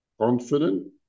confident